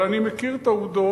אבל אני מכיר את העובדות,